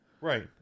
Right